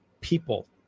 people